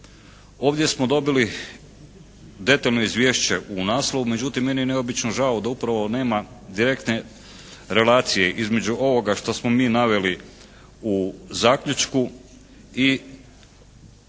Ovdje smo dobili detaljno izvješće u naslovu, međutim meni je neobično žao da upravo nema direktne relacije između ovoga što smo mi naveli u zaključku i u